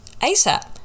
ASAP